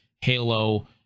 Halo